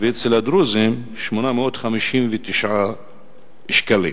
ואצל הדרוזים, 859 שקלים.